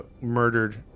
murdered